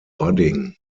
budding